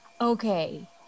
Okay